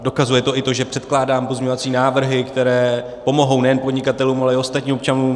Dokazuje to i to, že předkládám pozměňovací návrhy, které pomohou nejen podnikatelům, ale i ostatním občanům.